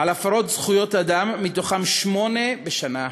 על הפרת זכויות אדם, מתוכן שמונה בשנה אחת,